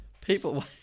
People